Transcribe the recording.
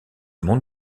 monde